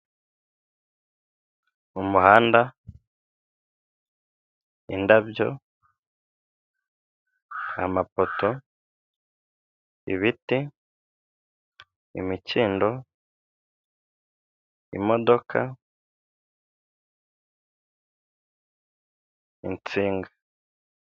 Mu muhanda, indabyo, amapoto, ibiti, imikindo, imodoka insinga.